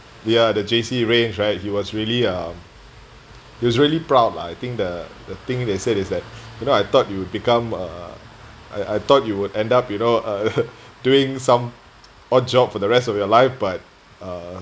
ya the J_C range right he was really um he was really proud lah I think the the thing they said is that you know I thought you would become uh I I thought you would end up you know uh doing some odd job for the rest of your life but uh